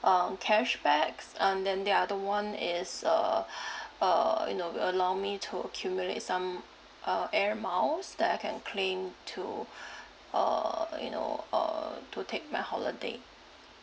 um cashbacks and then the other one is uh uh you know will allow me to accumulate some uh air miles that I can claim to uh you know uh to take my holiday